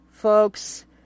folks